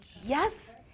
Yes